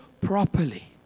properly